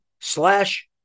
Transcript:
slash